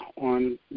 on